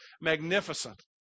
Magnificent